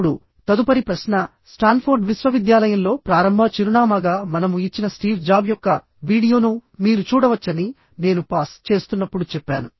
ఇప్పుడు తదుపరి ప్రశ్న స్టాన్ఫోర్డ్ విశ్వవిద్యాలయంలో ప్రారంభ చిరునామాగా మనము ఇచ్చిన స్టీవ్ జాబ్ యొక్క వీడియోను మీరు చూడవచ్చని నేను పాస్ చేస్తున్నప్పుడు చెప్పాను